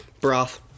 Broth